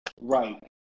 Right